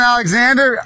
Alexander